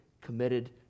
committed